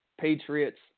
Patriots